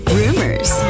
rumors